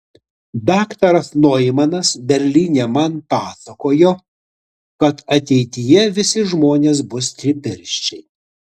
daktaras noimanas berlyne man pasakojo kad ateityje visi žmonės bus tripirščiai